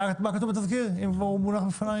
אם התזכיר כבר מונח בפנייך, מה כתוב בתזכיר?